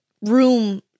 room